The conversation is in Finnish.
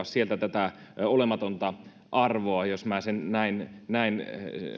sieltä tätä olematonta arvoa jos minä sen näin näin